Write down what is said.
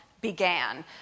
began